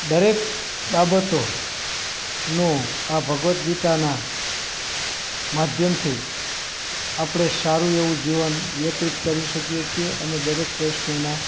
દરેક બાબતોનો આ ભગવદ્ ગીતાનાં માધ્યમથી આપણે સારું એવું જીવન વ્યતીત કરી શકીએ છીએ અને દરેક પ્રશ્નના